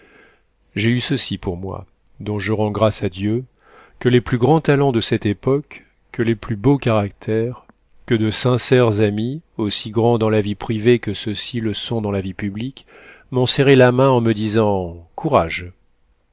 j'ai eu ceci pour moi dont je rends grâce à dieu que les plus grands talents de cette époque que les plus beaux caractères que de sincères amis aussi grands dans la vie privée que ceux-ci le sont dans la vie publique m'ont serré la main en me disant courage